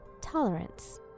tolerance